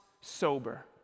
sober